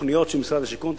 בתוכניות של משרד השיכון,